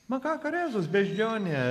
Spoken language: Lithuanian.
makaka rezus beždžionė